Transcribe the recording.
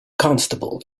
constable